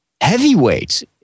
heavyweights